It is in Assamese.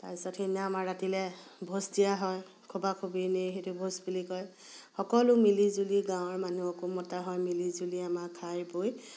তাৰ পাছত সেইদিনা আমাৰ ৰাতিলে ভোজ দিয়া হয় খোবা খোবনি সেইটো ভোজ বুলি কয় সকলো মিলি জুলি গাঁৱৰ মানুহকো মতা হয় মিলি জুলি আমাৰ খাই বৈ